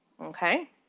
Okay